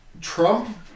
Trump